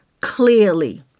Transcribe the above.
clearly